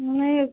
नहीं